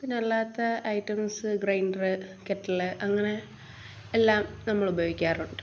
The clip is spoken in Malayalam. പിന്നെ അല്ലാത്ത ഐറ്റംസ് ഗ്രൈന്ഡർ കെറ്റിൽ അങ്ങനെ എല്ലാം നമ്മൾ ഉപയോഗിക്കാറുണ്ട്